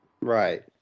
right